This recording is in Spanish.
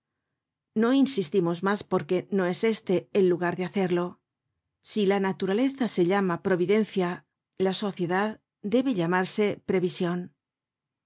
no insistimos mas porque no es este el lugar de hacerlo si la naturaleza se llama providencia la sociedad debe llamarse prevision